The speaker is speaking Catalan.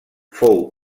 fou